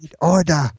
order